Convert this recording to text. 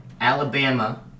Alabama